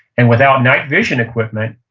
and without night vision equipment,